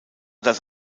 das